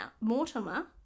Mortimer